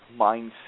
mindset